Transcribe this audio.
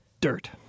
Dirt